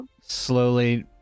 slowly